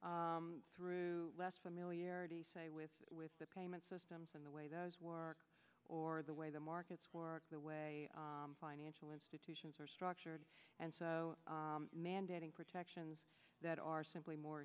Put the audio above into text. products through less familiarity with with the payment systems and the way those work or the way the markets work the way financial institutions are structured and so mandating protections that are simply more